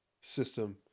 system